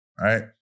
right